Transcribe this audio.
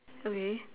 okay